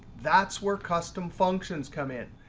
that's where custom functions come in.